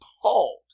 appalled